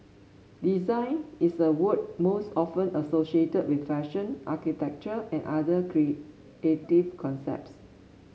design is a word most often associated with fashion architecture and other creative concepts